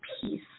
peace